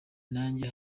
nanjye